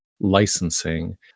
licensing